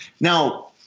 now